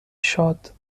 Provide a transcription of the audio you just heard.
شاد